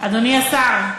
אדוני השר,